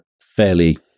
fairly